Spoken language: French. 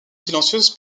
silencieuse